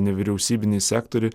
nevyriausybinį sektorių